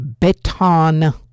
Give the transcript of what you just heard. Beton